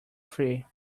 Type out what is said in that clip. free